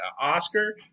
Oscar